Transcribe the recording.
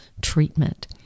treatment